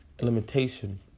limitation